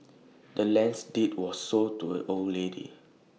the land's deed was sold to A old lady